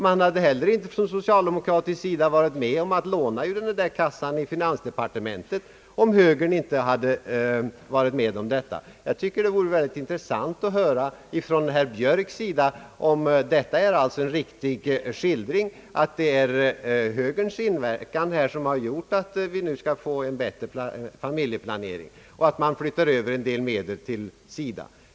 Man hade från socialdemokratiskt håll tydligen inte heller varit med om att låna pengar ur finansdepartementets kassa, om inte högern hade gått med på det. Det vore intressant att få höra av herr Björk om detta är en riktig skildring, d. v. s. om det är högerns inverkan som gjort att vi nu skall få en bättre familjeplanering och att en del pengar nu skall överföras till SIDA.